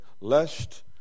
lest